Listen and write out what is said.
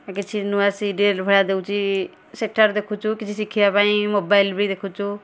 ଆଉ କିଛି ନୂଆ ସିରିଏଲ୍ ଭଳିଆ ଦେଉଛି ସେଠାରେ ଦେଖୁଛୁ କିଛି ଶିଖିବା ପାଇଁ ମୋବାଇଲ୍ ବି ଦେଖୁଛୁ